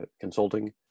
consulting